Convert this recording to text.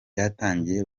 byatangiye